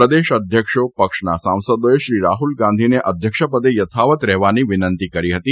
પ્રદેશ અધ્યક્ષો પક્ષના સાંસદોએ શ્રી રાહલ ગાંધીને અધ્યક્ષપદે યથાવત રહેવાની વિનંતી કરી હતી